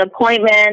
appointment